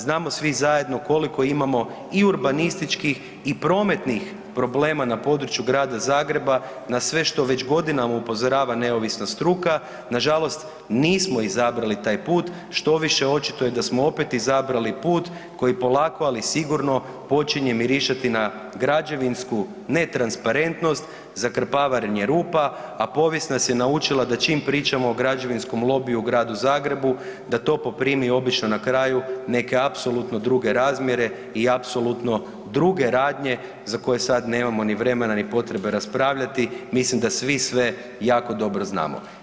Znamo svi zajedno koliko imamo i urbanističkih i prometnih problema na području Grada Zagreba, na sve što već godinama upozorava neovisna struka, nažalost nismo izabrali taj put, štoviše očito je da smo opet izabrali put koji polako, ali sigurno počinje mirišati na građevinsku netransparentnost, zakrpavanje rupa, a povijest nas je naučila da čim pričamo o građevinskom lobiju u Gradu Zagrebu, da to poprimi obično na kraju neke apsolutno druge razmjere i apsolutno druge radnje za koje sad nemamo ni vremena, ni potrebe raspravljati, mislim da svi sve jako dobro znamo.